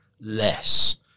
less